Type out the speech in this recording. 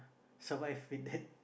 survive with that